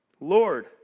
Lord